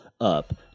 up